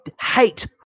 hate